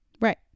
right